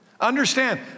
Understand